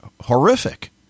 horrific